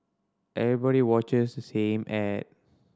everybody watches the same ad